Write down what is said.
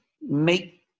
make